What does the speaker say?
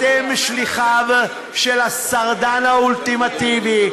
אתם שליחיו של השרדן האולטימטיבי.